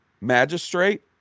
Magistrate